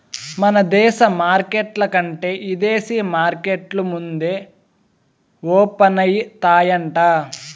మన దేశ మార్కెట్ల కంటే ఇదేశీ మార్కెట్లు ముందే ఓపనయితాయంట